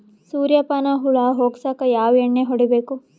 ಸುರ್ಯಪಾನ ಹುಳ ಹೊಗಸಕ ಯಾವ ಎಣ್ಣೆ ಹೊಡಿಬೇಕು?